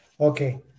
Okay